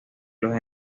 los